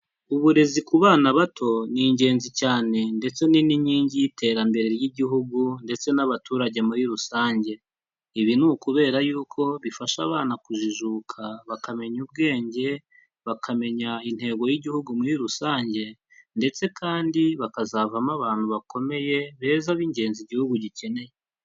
Uburezi ku bana bato ni ingenzi cyane ndetse ni n'inkingi y'iterambere ry'igihugu ndetse n'abaturage muri rusange, ibi ni ukubera yuko bifasha abana kujijuka, bakamenya ubwenge, bakamenya intego y'igihugu muri rusange, ndetse kandi bakazavamo abantu bakomeye beza b'ingenzi igihugu gikeneye.